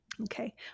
okay